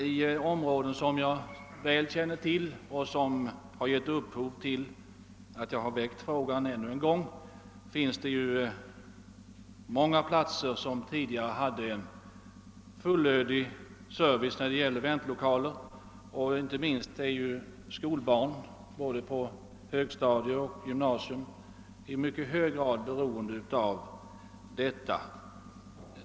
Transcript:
Inom områden som jag väl känner till — och det är anledningen till att jag ännu-en gång ställt frågan —— saknas nu väntlokaler på många platser där man förut hade en fullödig service, och detta drabbar inte minst skolungdomarna på högstadium och i gymnasium som är ytterst beroende av denna service.